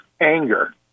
anger